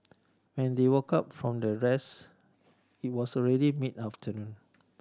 when they woke up from their rest it was already mid afternoon